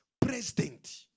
president